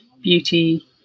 beauty